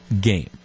game